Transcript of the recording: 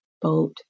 boat